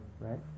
right